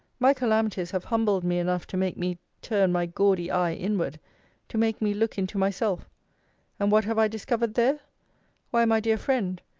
my calamities have humbled me enough to make me turn my gaudy eye inward to make me look into myself and what have i discovered there why, my dear friend,